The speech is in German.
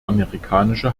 amerikanische